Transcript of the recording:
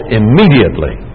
immediately